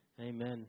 Amen